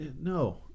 No